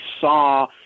saw